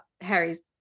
Harry's